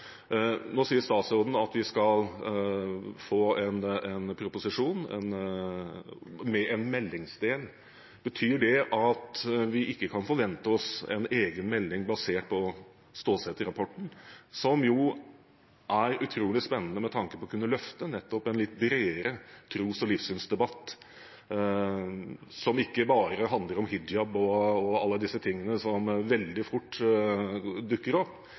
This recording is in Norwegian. Nå sier statsråden at vi skal få en proposisjon med en meldingsdel. Betyr det at vi ikke kan forvente oss en egen melding basert på Stålsett-rapporten, som jo er utrolig spennende med tanke på å kunne løfte nettopp en litt bredere tros- og livssynsdebatt som ikke bare handler om hijab og alle disse tingene som veldig fort dukker opp?